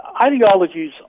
ideologies